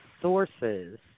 sources